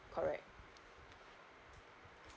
correct